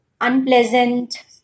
unpleasant